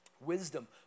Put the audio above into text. Wisdom